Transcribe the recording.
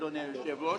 אדוני היושב-ראש,